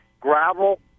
gravel